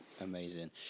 amazing